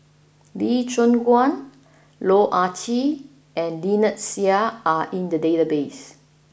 Lee Choon Guan Loh Ah Chee and Lynnette Seah are in the database